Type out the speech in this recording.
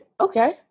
Okay